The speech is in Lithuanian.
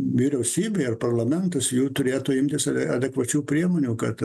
vyriausybei ar parlamentus jų turėtų imtis adekvačių priemonių kad